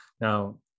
Now